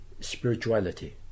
spirituality